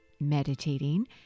meditating